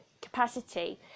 capacity